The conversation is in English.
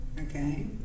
Okay